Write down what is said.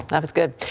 that was good.